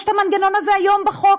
יש מנגנון כזה היום בחוק,